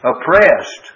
oppressed